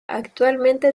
actualmente